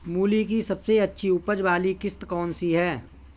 मूली की सबसे अच्छी उपज वाली किश्त कौन सी है?